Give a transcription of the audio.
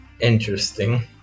Interesting